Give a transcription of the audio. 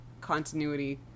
continuity